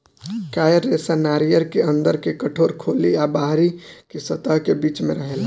coir रेशा नारियर के अंदर के कठोर खोली आ बाहरी के सतह के बीच में रहेला